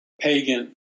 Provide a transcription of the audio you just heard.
pagan